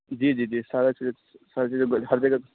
جی جی جی سارا چیز ہر جگہ ہر جگہ